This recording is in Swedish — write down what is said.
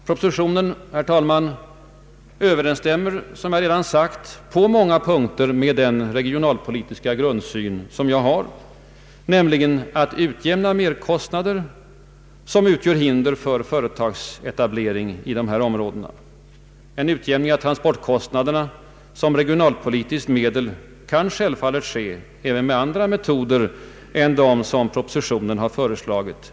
Propositionen, herr talman, överensstämmer som jag redan sagt på många punkter med den regionalpolitiska målsättningen att utjämna merkostnader som utgör hinder för företagsetablering i de här områdena. En utjämning av transportkostnaderna som regionalpolitiskt medel kan självfallet ske även med andra metoder än dem som propositionen föreslagit.